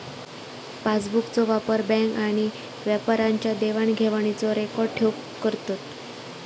पासबुकचो वापर बॅन्क आणि व्यापाऱ्यांच्या देवाण घेवाणीचो रेकॉर्ड ठेऊक करतत